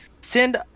send